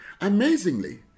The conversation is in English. Amazingly